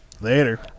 Later